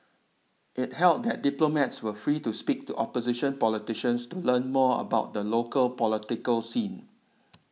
it held that diplomats were free to speak to opposition politicians to learn more about the local political scene